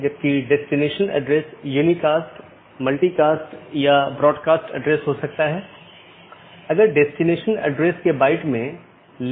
जब एक BGP स्पीकरों को एक IBGP सहकर्मी से एक राउटर अपडेट प्राप्त होता है तो प्राप्त स्पीकर बाहरी साथियों को अपडेट करने के लिए EBGP का उपयोग करता है